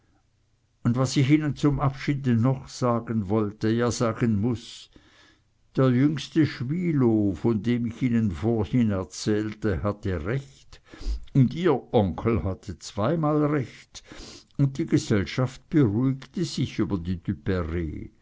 und was ich ihnen zum abschiede noch sagen wollte ja sagen muß der jüngste schwilow von dem ich ihnen vorhin erzählte hatte recht und ihr onkel hatte zweimal recht und die gesellschaft beruhigte sich über die